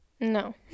No